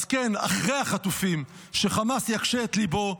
אז כן, אחרי החטופים שחמאס יקשה את ליבו.